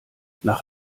nach